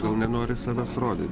gal nenori savęs rodyt